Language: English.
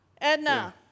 Edna